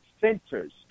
centers